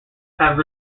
have